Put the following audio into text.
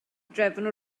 drefn